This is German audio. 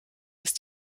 ist